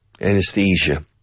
anesthesia